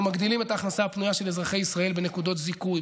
אנחנו מגדילים את ההכנסה הפנויה של אזרחי ישראל בנקודות זיכוי,